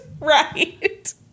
right